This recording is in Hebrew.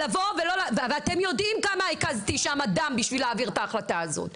על לבוא ואתם יודעים כמה הקזתי שמה דם בשביל להעביר את ההחלטה הזאת.